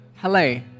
Hello